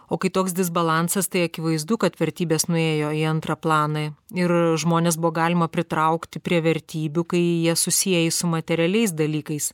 o kai toks disbalansas tai akivaizdu kad vertybės nuėjo į antrą planą ir žmones buvo galima pritraukti prie vertybių kai jas susieji su materialiais dalykais